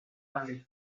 parler